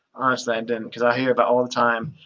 honestly, i didn't because i hear about, all the time,